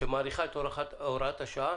שמאריכה את הוראת השעה